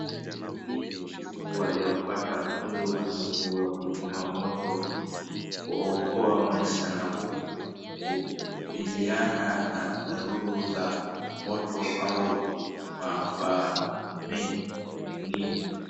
Huu ni mtu aliopata mafunzo maalum ya kuzima moto kuokoa maisha na kukabiliana na dharura za moto au maafa mengi mengine.